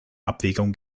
abwägung